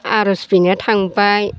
आर'ज बिनो थांबाय